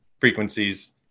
frequencies